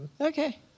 Okay